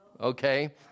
okay